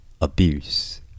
abuse